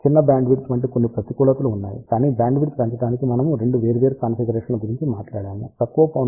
చిన్న బ్యాండ్విడ్త్ వంటి కొన్ని ప్రతికూలతలు ఉన్నాయి కానీ బ్యాండ్విడ్త్ పెంచడానికి మనము 2 వేర్వేరు కాన్ఫిగరేషన్ల గురించి మాట్లాడాము తక్కువ పౌన